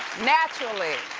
naturally.